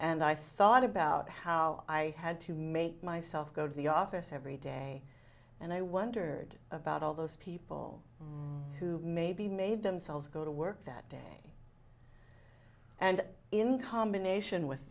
and i thought about how i had to make myself go to the office every day and i wondered about all those people who maybe made themselves go to work that day and in combination with